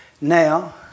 now